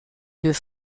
deux